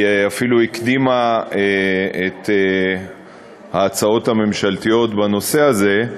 היא אפילו הקדימה את ההצעות הממשלתיות בנושא הזה,